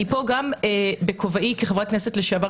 אני פה גם בכובעי כחברת כנסת לשעבר,